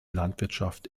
landwirtschaft